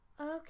Okay